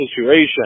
situation